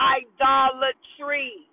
idolatry